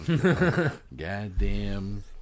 goddamn